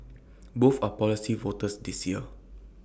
both are policy voters this year